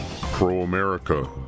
Pro-America